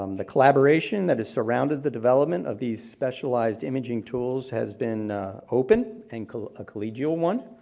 um the collaboration that has surrounded the development of these specialized imaging tools has been open and a collegial one.